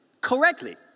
correctly